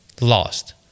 lost